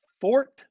Fort